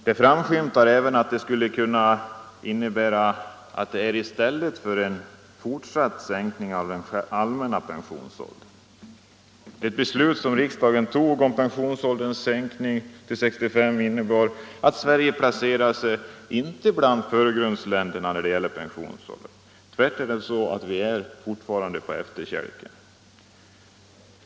Det framskymtar även att förslaget skulle kunna innebära att möjligheten till förtida uttag av pension satts i stället för fortsatt sänkning av pensionsåldern. Det beslut som riksdagen tog om pensionsålderns sänkning till 65 år innebar inte att Sverige placerade sig bland förgrundsländerna när det gäller pensionsåldern. Vi är väl tvärtom fortfarande på efterkälken.